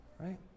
right